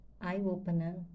eye-opener